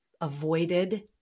avoided